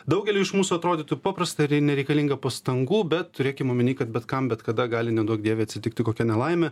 daugeliui iš mūsų atrodytų paprasta ir nereikalinga pastangų bet turėkim omeny kad bet kam bet kada gali neduok dieve atsitiktų kokia nelaimė